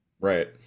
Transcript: right